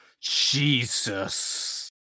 Jesus